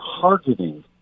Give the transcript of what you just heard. targeting